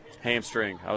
hamstring